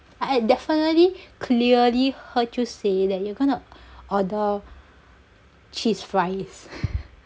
I definitely clearly heard you say that you're gonna order cheese fries